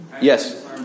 Yes